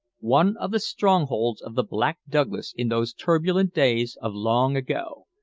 one of the strongholds of the black douglas in those turbulent days of long ago,